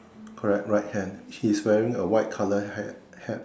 correct right hand he's wearing a white color hat hat